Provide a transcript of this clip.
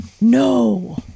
No